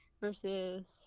versus